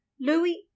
Louis